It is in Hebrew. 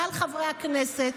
כלל חברי הכנסת,